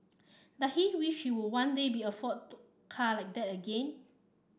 does he wish we would one day be afford to car like that again